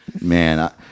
Man